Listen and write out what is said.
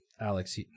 Alex